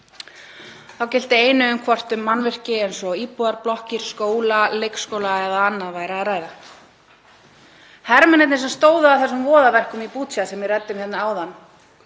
Þá gilti einu hvort um mannvirki eins og íbúðarblokkir, skóla, leikskóla eða annað væri að ræða. Hermennirnir sem stóðu að voðaverkunum í Bútsja sem við ræddum hérna áðan,